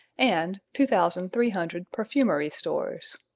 and two thousand three hundred perfumery stores.